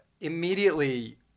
Immediately